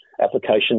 application